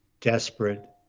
desperate